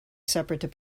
separate